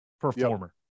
performer